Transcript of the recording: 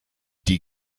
die